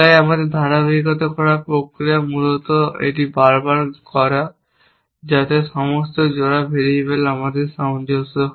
তাই আমাদের ধারাবাহিকতা করার প্রক্রিয়া মূলত এটি বারবার করা যাতে সমস্ত জোড়া ভেরিয়েবল আমাদের সামঞ্জস্য হয়